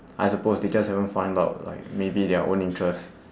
I suppose they just haven't find out like maybe their own interests